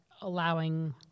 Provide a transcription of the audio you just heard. allowing